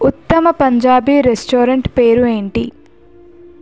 ఉత్తమ పంజాబీ రెస్టారెంట్ పేరు ఏంటి